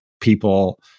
people